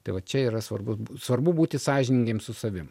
tai va čia yra svarbu svarbu būti sąžiningiems su savim